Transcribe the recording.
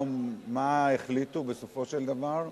מה החליטו בסופו של דבר?